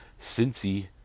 Cincy